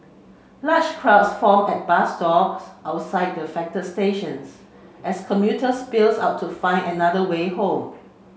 large crowds form at bus stops outside the affect stations as commuters spilled out to find another way home